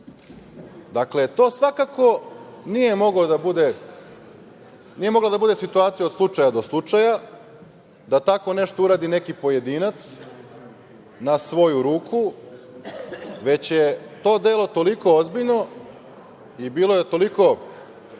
to svakako nije mogla da bude situacija od slučaja do slučaja, da tako nešto uradi neki pojedinac na svoju ruku, već je to delo toliko ozbiljno. Bilo je toliko